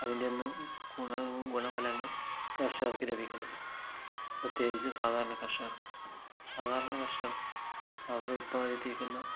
അതിൻ്റെ ഒന്നും ഗുണ ഗുണഫലങ്ങൾ കർഷകർക്ക് ലഭിക്കുന്നില്ല പ്രത്യേകിച്ച് സാധാരണ കർഷകർക്ക് സാധാരണ കർഷകർക്ക് അവർ ഉല്പാദിപ്പിക്കുന്ന